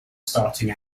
starting